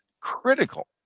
critical